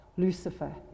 Lucifer